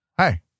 Hey